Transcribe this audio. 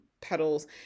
petals